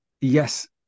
yes